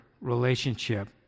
relationship